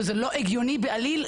זה לא הגיוני בעליל,